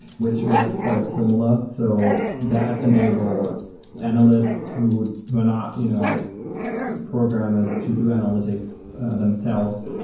which works quite similar. so that enables analysts who who are not you know programmers to do analytics themselves.